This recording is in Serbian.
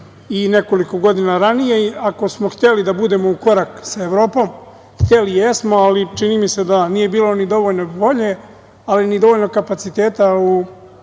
i nekoliko godina ranije i ako smo hteli da budemo u korak sa Evropom, hteli jesmo, ali čini mi se da nije bilo dovoljno volje, ali ni dovoljno kapaciteta u